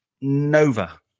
Nova